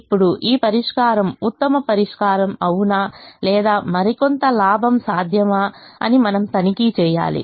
ఇప్పుడు ఈ పరిష్కారం ఉత్తమ పరిష్కారం అవునా లేదా మరికొంత లాభం సాధ్యమా అని మనం తనిఖీ చేయాలి